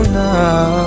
now